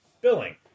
Billing